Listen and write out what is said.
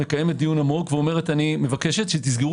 מקיימת דיון עמוק ואומרת: אני מבקשת שתסגרו